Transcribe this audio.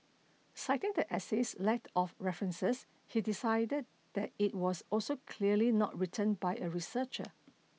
citing the essay's lack of references he decided that it was also clearly not written by a researcher